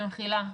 במחילה,